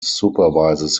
supervises